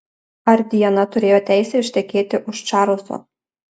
ar diana turėjo teisę ištekėti už čarlzo